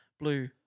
blue